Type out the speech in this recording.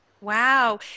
Wow